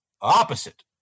opposite